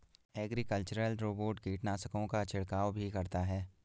agricultural robot कीटनाशकों का छिड़काव भी करता है